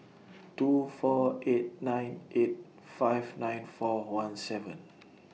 two four eight nine eight five nine four one seven